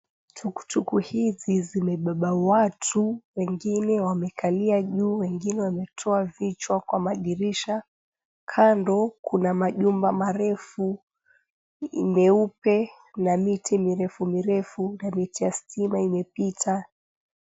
Tuktuk hizi zimebeba watu, wengine wamekalia, juu wengine wametoa vichwa kwa madirisha. Kando kuna majumba marefu meupe na miti mirefu mirefu, na miti ya stima imepita.